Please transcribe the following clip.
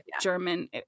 german